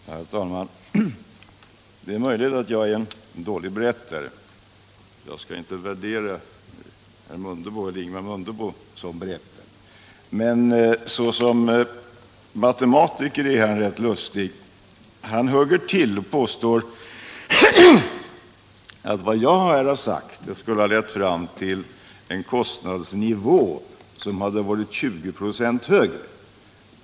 Herr talman! Det är möjligt att jag är en dålig berättare. Jag skall inte värdera Ingemar Mundebo såsom berättare, men såsom matematiker är han rätt lustig. Han hugger till och påstår att vad jag här har sagt skulle ha lett fram till en 20 26 högre kostnadsnivå.